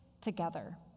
together